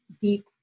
deep